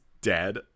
dead